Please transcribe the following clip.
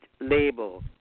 label